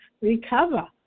recover